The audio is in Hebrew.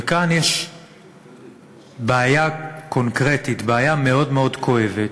וכאן יש בעיה קונקרטית, בעיה מאוד מאוד כואבת,